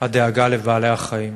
הדאגה לבעלי-החיים.